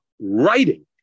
writing